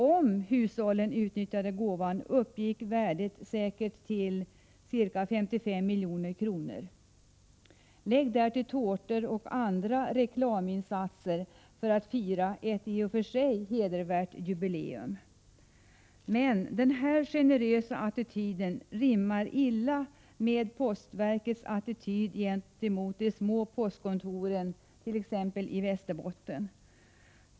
Om hushållen utnyttjade gåvan uppgick värdet säkert till ca 55 milj.kr. Lägg därtill tårtor och andra reklaminsatser för att fira ett i och för sig hedervärt jubileum. Men denna generösa attityd rimmar illa med Postverkets attityd gentemot de små postkontoren, t.ex. i Västerbotten.